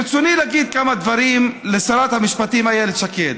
ברצוני להגיד כמה דברים לשרת המשפטים איילת שקד.